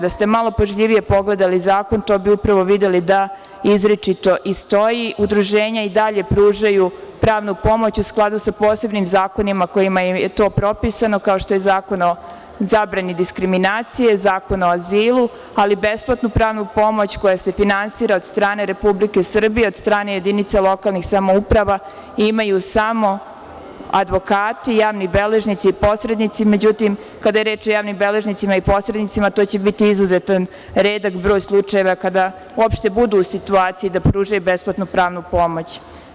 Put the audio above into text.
Da ste malo pažljivije pogledali zakon, upravo bi videli da izričito i stoji da udruženja i dalje pružaju pravnu pomoć u skladu sa posebnim zakonima kojima je to propisano, kao što je Zakon o zabrani diskriminacije, Zakon o azilu, ali besplatnu pravnu pomoć koja se finansira od strane Republike Srbije, od strane jedinica lokalnih samouprava imaju samo advokati, javni beležnici, posrednici, međutim, kada je reč o javnim beležnicima i posrednicima, to će biti izuzetno redak broj slučajeva kada uopšte budu u situaciji da pružaju besplatnu pravnu pomoć.